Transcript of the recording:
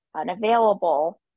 unavailable